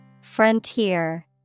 Frontier